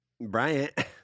Bryant